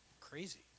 crazy